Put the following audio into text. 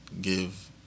give